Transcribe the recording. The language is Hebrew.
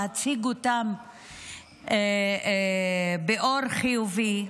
להציג אותם באור חיובי.